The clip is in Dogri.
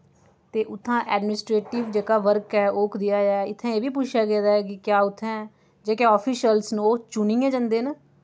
ते उत्थूं दा ऐडमिनिस्ट्रेटिव जेह्का वर्क ऐ ओह् कनेहा ऐ इत्थै एह् बी पुच्छेआ गेदा ऐ कि क्या उत्थै जेह्के आफिशल न ओह् चुनियै जंदे न